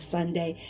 Sunday